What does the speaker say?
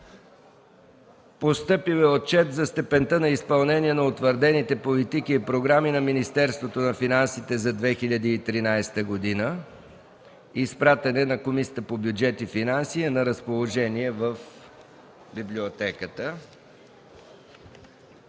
Постъпил е Отчет за степента на изпълнение на утвърдените политики и програми на Министерството на финансите за 2013 г. Изпратен е на Комисията по бюджет и финанси и е на разположение в Библиотеката